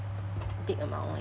big amount I guess